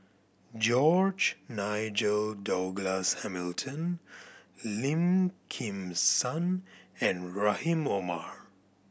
George Nigel Douglas Hamilton Lim Kim San and Rahim Omar